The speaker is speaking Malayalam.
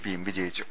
പിയും വിജയിച്ചു